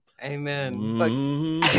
Amen